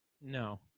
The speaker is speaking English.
No